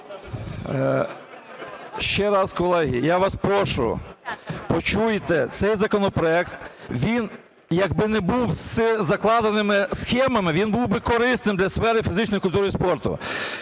Ще раз, колеги, я вас прошу, почуйте, цей законопроект, він якби не був із закладеними схемами, він був би корисним для сфери фізичної культури і спорту.